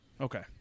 Okay